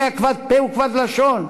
שהיה כבר פה וכבד לשון,